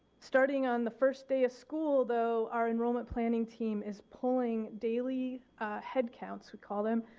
starting on the first day of school though, our enrollment planning team is pulling daily head counts we call them,